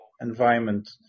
environment